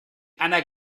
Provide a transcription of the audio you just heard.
einer